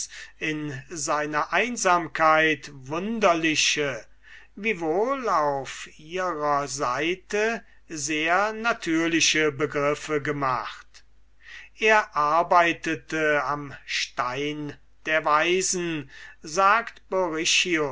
in seiner einsamkeit wunderliche wiewohl auf ihrer seite sehr natürliche begriffe gemacht er arbeitete am stein der weisen sagt